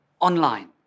online